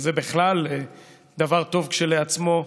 וזה בכלל דבר טוב כשלעצמו,